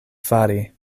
fari